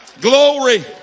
Glory